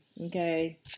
Okay